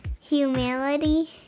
humility